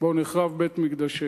אשר בו נחרב בית-מקדשנו.